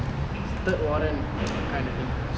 third warrant kind of thing